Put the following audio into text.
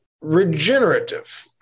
Regenerative